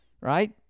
right